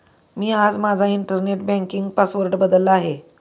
मी आज माझा internet banking password बदलला आहे